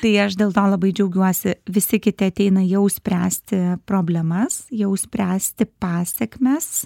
tai aš dėl to labai džiaugiuosi visi kiti ateina jau spręsti problemas jau spręsti pasekmes